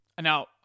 Now